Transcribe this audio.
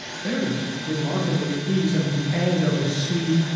very remarkable piece at the end of a suite,